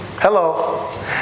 Hello